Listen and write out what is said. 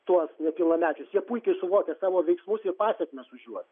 tuos nepilnamečius jie puikiai suvokia savo veiksmus ir pasekmes už juos